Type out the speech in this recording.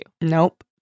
Nope